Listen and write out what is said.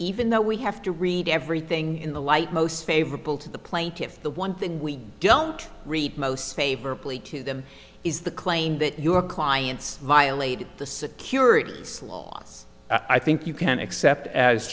even though we have to read everything in the light most favorable to the plaintiff the one thing we don't read most favorably to them is the claim that your clients violated the security sloss i think you can accept as